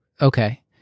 okay